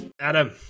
Adam